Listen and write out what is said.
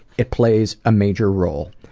it plays a major role.